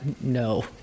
no